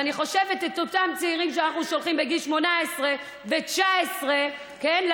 ואני חושבת על אותם צעירים שאנחנו שולחים בגיל 18 ו-19 לג'בלאות,